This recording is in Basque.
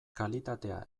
kalitatea